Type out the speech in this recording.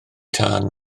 tân